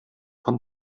von